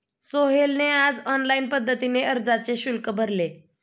सोहेलने आज ऑनलाईन पद्धतीने अर्जाचे शुल्क भरले